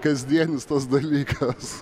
kasdienis tas dalykas